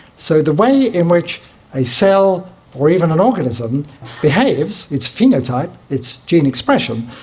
so the way in which a cell or even an organism behaves, its phenotype, its gene expression,